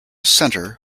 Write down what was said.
center